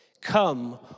Come